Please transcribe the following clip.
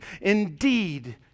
Indeed